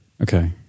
Okay